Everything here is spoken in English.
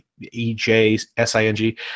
E-J-S-I-N-G